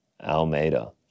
Almeida